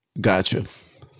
Gotcha